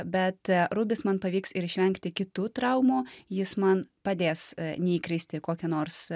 bet rubis man pavyks ir išvengti kitų traumų jis man padės neįkristi į kokią nors